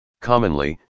Commonly